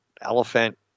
elephant